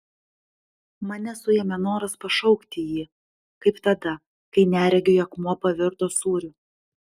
mane suėmė noras pašaukti jį kaip tada kai neregiui akmuo pavirto sūriu